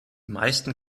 meisten